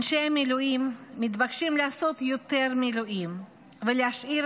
אנשי מילואים מתבקשים לעשות יותר מילואים ולהשאיר